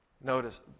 Notice